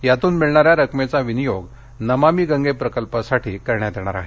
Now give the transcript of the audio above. यातून मिळणार्याल रकमेचा विनियोग नमामी गंगे प्रकल्पासाठी करण्यात येणार आहे